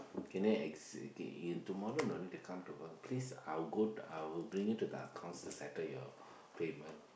can I ex~ can you tomorrow no need to come to work please I will go I will bring you to the accounts to settle your payment